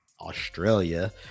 australia